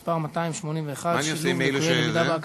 מס' 281: שילוב לקויי למידה באקדמיה.